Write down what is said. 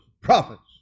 prophets